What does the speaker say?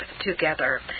together